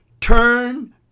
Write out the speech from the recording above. Turn